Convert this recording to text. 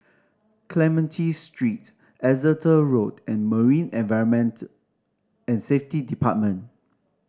Clementi Street Exeter Road and Marine Environment and Safety Department